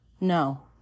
No